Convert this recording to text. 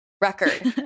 record